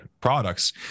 products